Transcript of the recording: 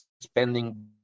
spending